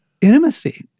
intimacy